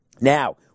Now